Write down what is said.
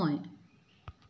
সময়